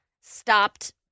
stopped